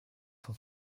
sont